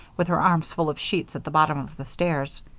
with her arms full of sheets at the bottom of the stairs.